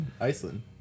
Iceland